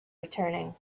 returning